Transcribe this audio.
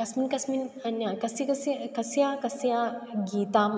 कस्मिन् कस्मिन् अन्य कस्य कस्य कस्य कस्य गीतम्